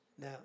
Now